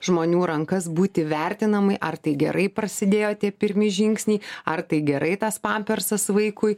žmonių rankas būti vertinamai ar tai gerai prasidėjo tie pirmi žingsniai ar tai gerai tas pampersas vaikui